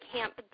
Camp